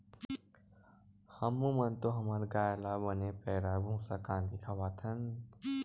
हमू मन तो हमर गाय ल बने पैरा, भूसा, कांदी खवाथन